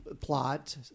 plot –